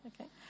Okay